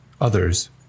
others